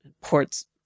ports